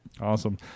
Awesome